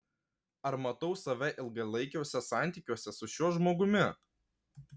ar matau save ilgalaikiuose santykiuose su šiuo žmogumi